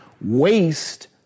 waste